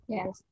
Yes